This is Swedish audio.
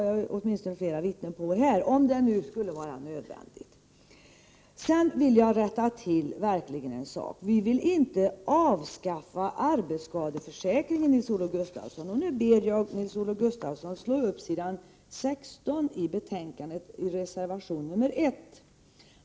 Jag har flera vittnen på detta, om det nu skulle vara nödvändigt. Sedan vill jag verkligen rätta till en sak. Vi vill inte avskaffa arbetsskadeförsäkringen, Nils-Olof Gustafsson. Och nu ber jag Nils-Olof Gustafsson slå upp reservation 1, som finns på s. 16 i betänkandet.